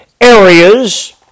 areas